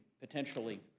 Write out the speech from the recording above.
potentially